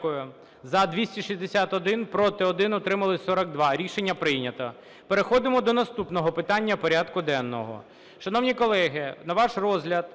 Дякую.